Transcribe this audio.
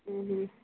ହୁଁ ହୁଁ